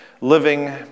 living